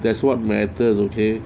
that's what matters is okay